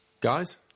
guys